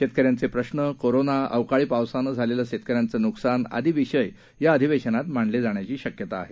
शेतकऱ्यांचे प्रश्र कोरोना अवकाळी पावसानं झालेले शेतकऱ्यांचे नुकसान आदी विषय अधिवेशनात मांडले जाण्याची शक्यता आहे